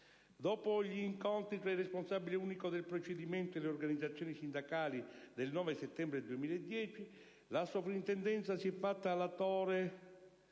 Dopo gli incontri fra il responsabile unico del procedimento e le organizzazioni sindacali del 9 settembre 2010, la Soprintendenza si è fatta latrice